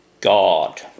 God